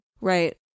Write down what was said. right